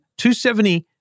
270